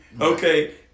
Okay